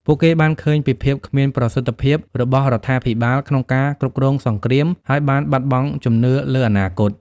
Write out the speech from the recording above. ពួកគេបានឃើញពីភាពគ្មានប្រសិទ្ធភាពរបស់រដ្ឋាភិបាលក្នុងការគ្រប់គ្រងសង្គ្រាម ហើយបានបាត់បង់ជំនឿលើអនាគត។